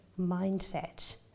mindset